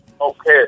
Okay